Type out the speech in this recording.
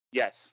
yes